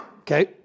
okay